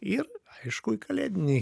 ir aišku į kalėdinį